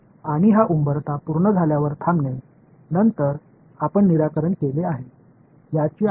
எனவே இந்த செயல்முறைக்கான வெளிப்பாடு நியூமறிகள் கன்வர்ஜன்ஸ் என்று அழைக்கப்படுகிறது